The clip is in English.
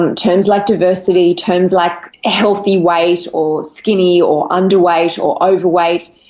um terms like diversity, terms like healthy weight or skinny or underweight or overweight.